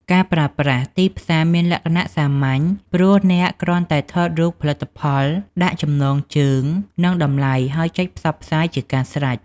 ការប្រើប្រាស់ ទីផ្សារ មានលក្ខណៈសាមញ្ញ ព្រោះអ្នកគ្រាន់តែថតរូបផលិតផល ដាក់ចំណងជើង និងតម្លៃ ហើយចុចផ្សព្វផ្សាយជាការស្រេច។